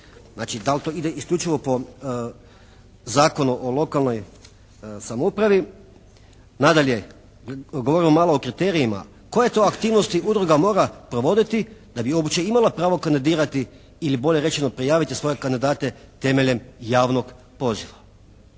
znači da li to ide isključivo po Zakonu o lokalnoj samoupravi. Nadalje, govorimo malo o kriterijima. Koje to aktivnosti udruga mora provoditi da bi uopće imala pravo kandidirati ili bolje rečeno prijaviti svoje kandidate temeljem javnog poziva.